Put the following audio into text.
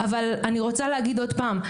אבל אני רוצה להגיד עוד פעם,